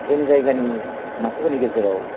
जोंनि जायगानि मानसिफोरनि गेजेराव